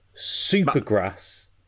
Supergrass